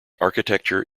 architecture